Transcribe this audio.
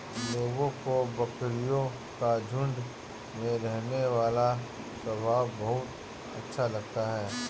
लोगों को बकरियों का झुंड में रहने वाला स्वभाव बहुत अच्छा लगता है